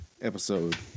episode